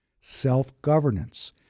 Self-governance